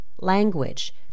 language